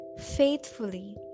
faithfully